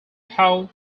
how